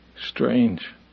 Strange